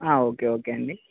okay okay అండి